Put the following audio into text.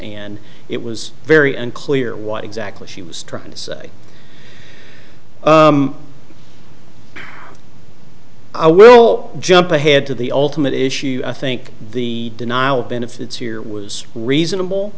and it was very unclear what exactly she was trying to say i will jump ahead to the ultimate issue i think the denial of benefits here was reasonable